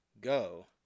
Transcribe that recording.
Go